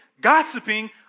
gossiping